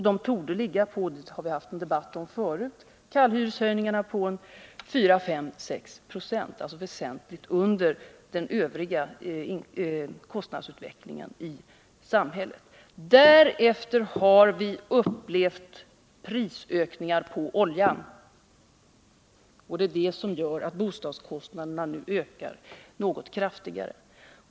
De torde ligga på, det har vi haft en debatt om förut, 4, 5 eller 6 96, alltså väsentligt under kostnadshöjningarna i allmänhet i samhället. Därefter har vi upplevt prisökningar på olja, och det är det som gör att bostadskostnaderna nu ökar något kraftigare.